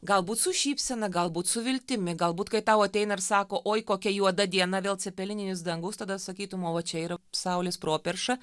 galbūt su šypsena galbūt su viltimi galbūt kai tau ateina ir sako oi kokia juoda diena vėl cepelininis dangus tada sakytum o va čia yra saulės properša